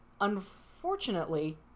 unfortunately